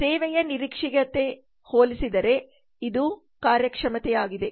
ಆದ್ದರಿಂದ ಸೇವೆಯ ನಿರೀಕ್ಷೆಗೆ ಹೋಲಿಸಿದರೆ ಇದು ಕಾರ್ಯಕ್ಷಮತೆಯಾಗಿದೆ